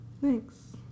Thanks